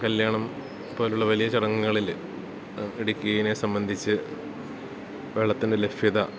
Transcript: കല്യാണം പോലുള്ള വലിയ ചടങ്ങുകളിൽ ഇടുക്കിനെ സംബന്ധിച്ച് വെള്ളത്തിൻ്റെ ലഭ്യത